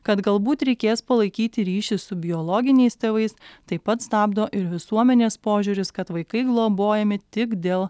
kad galbūt reikės palaikyti ryšį su biologiniais tėvais taip pat stabdo ir visuomenės požiūris kad vaikai globojami tik dėl